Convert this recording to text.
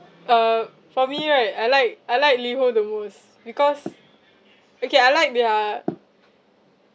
uh for me right I like I like liho the most because okay I like their